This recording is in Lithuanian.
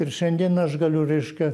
ir šiandien aš galiu reiškia